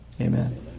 Amen